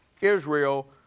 Israel